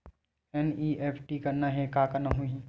NEFT करना हे का करना होही?